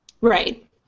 Right